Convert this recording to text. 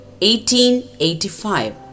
1885